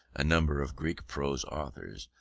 a number of greek prose authors,